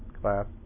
class